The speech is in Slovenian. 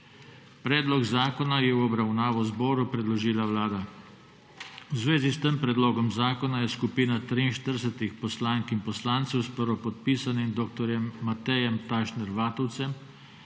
Predlog zakona je v obravnavo zboru predložila Vlada. V zvezi s tem predlogom zakona je skupina 43 poslank in poslancev s prvopodpisanim dr. Matejem Tašnerjem Vatovcem